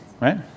right